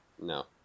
No